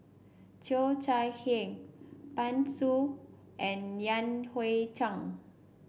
Cheo Chai Hiang Pan Shou and Yan Hui Chang